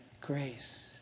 grace